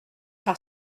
par